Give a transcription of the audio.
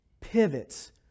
pivots